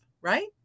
Right